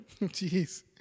Jeez